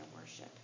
worship